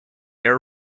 air